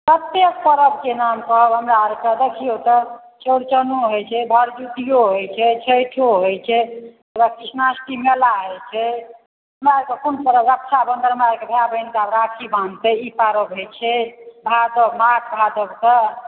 कतेक पर्वके नाम कहब हमरा आओरके देखियौ तऽ चौरचनो होइत छै भरद्वितीयो होइत छै छैठो होइत छै ओहिकेबाद कृष्णाष्टमी मेला होइत छै हमराअओरके कोन पर्व रक्षाबन्धन हमरा आओरके भाय बहिनके आब राखी बाँधतै ई पर्व होइत छै भादवमे भादवसँ